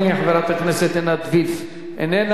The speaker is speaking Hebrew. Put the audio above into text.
חברת הכנסת עינת וילף, איננה.